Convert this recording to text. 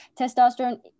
testosterone